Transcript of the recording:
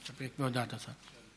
להסתפק בהודעת השר.